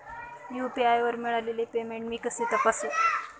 UPI वर मिळालेले payment मी कसे तपासू?